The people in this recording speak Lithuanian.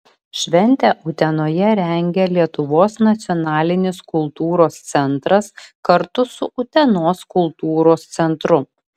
šventę utenoje rengia lietuvos nacionalinis kultūros centras kartu su utenos kultūros centru